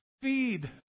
feed